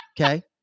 okay